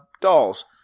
dolls